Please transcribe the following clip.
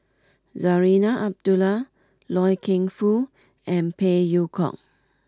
Zarinah Abdullah Loy Keng Foo and Phey Yew Kok